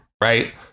Right